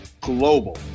Global